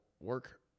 work